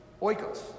oikos